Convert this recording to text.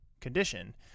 condition